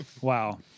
Wow